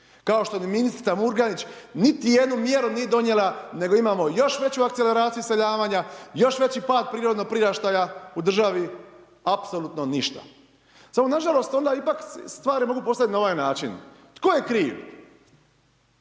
kao što ni ministrica Murganić niti jednu mjeru nije donijela, nego imamo još veću akceleraciju iseljavanja, još veći pad prirodnog priraštaja u državi, apsolutno ništa. Samo nažalost onda ipak stvari se mogu postavit na ovaj način, tko je kriv?